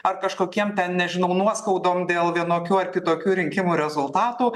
ar kažkokiem ten nežinau nuoskaudom dėl vienokių ar kitokių rinkimų rezultatų